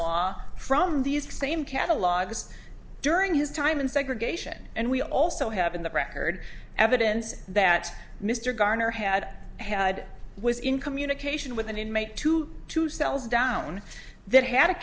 law from these same catalogs during his time in segregation and we also have in the record evidence that mr garner had had was in communication with an inmate to two cells down then had a